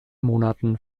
monaten